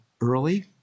early